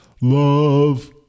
love